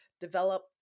develop